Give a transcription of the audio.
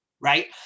right